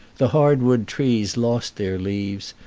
the hard-wood trees lost their leaves,